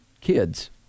kids